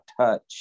touch